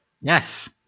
Yes